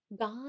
God